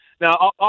Now